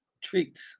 treats